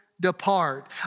depart